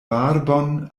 barbon